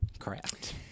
Correct